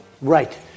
Right